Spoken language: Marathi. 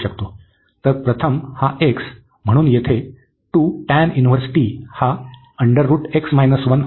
तर प्रथम हा x म्हणून येथे हा होता